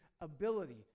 ability